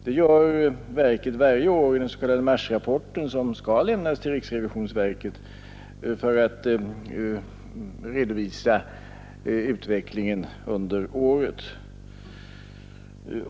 Det gör verket varje år i den s.k. marsrapporten, som skall lämnas till riksrevisionsverket för att visa utvecklingen under året.